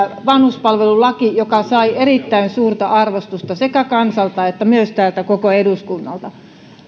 vanhuspalvelulaki joka sai erittäin suurta arvostusta sekä kansalta että myös täältä koko eduskunnalta